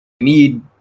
Need